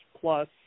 Plus